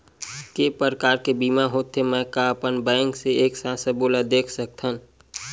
के प्रकार के बीमा होथे मै का अपन बैंक से एक साथ सबो ला देख सकथन?